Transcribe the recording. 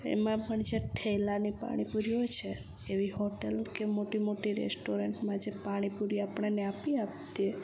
એમાં પણ જે ઠેલાની પાણીપૂરી હોય છે એવી હોટલ કે મોટી મોટી રેસ્ટોરન્ટમાં જે પાણીપુરી આપણને આપીએ આપ ત્યાં